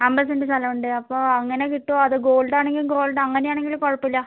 അമ്പത് സെന്റ് സ്ഥലം ഉണ്ട് അപ്പോൾ അങ്ങനെ കിട്ടുവോ അതോ ഗോൾഡ് ആണെങ്കിൽ ഗോൾഡ് അങ്ങനെയാണെങ്കിലും കുഴപ്പമില്ല